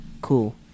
cool